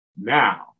Now